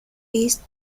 east